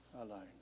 alone